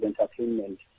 Entertainment